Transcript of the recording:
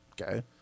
Okay